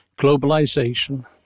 globalization